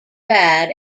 bad